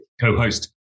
co-host